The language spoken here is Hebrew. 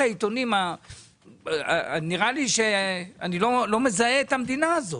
העיתונים נראה לי שאני לא מזהה את המדינה הזאת.